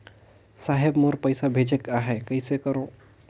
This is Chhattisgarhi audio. साहेब मोर पइसा भेजेक आहे, कइसे करो?